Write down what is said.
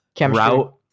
route